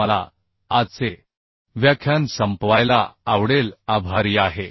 तर मला आजचे व्याख्यान संपवायला आवडेल आभारी आहे